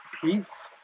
peace